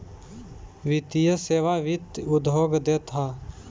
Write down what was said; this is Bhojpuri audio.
वित्तीय सेवा वित्त उद्योग देत हअ